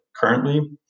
currently